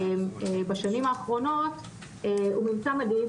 בשנים האחרונות הוא ממצא מדאיג,